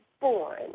born